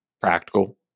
practical